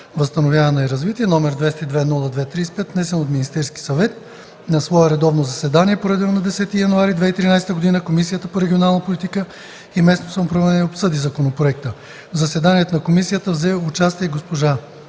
възстановяване и развитие, № 202-02-35, внесен от Министерския съвет На свое редовно заседание, проведено на 10 януари 2013 г., Комисията по регионална политика и местно самоуправление обсъди законопроекта. В заседанието на комисията взе участие госпожа